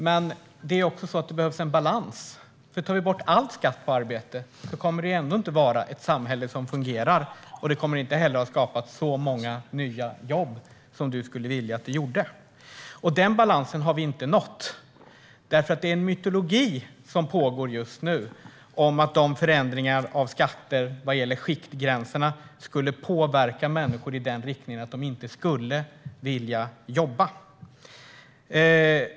Men det behövs en balans, för om vi tar bort all skatt på arbete kommer det inte att vara ett samhälle som fungerar, och det kommer inte heller att skapa så många nya jobb som du skulle vilja att det gjorde. Den balansen har vi inte nått. Det är en mytologi just nu om att förändringen i skiktgränsen skulle påverka människor i den riktningen att de inte skulle vilja jobba.